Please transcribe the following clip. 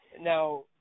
now